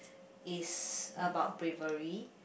is about bravery